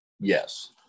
yes